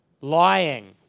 lying